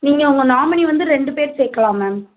நீங்கள் உங்கள் நாமினி வந்து ரெண்டு பேர் சேர்க்கலாம் மேம்